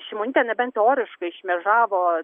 šimonytė nebent teoriškai šmėžavo